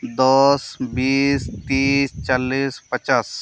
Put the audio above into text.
ᱫᱚᱥ ᱵᱤᱥ ᱛᱨᱤᱥ ᱪᱟᱞᱞᱤᱥ ᱯᱚᱧᱪᱟᱥ